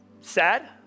sad